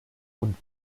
und